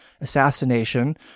assassination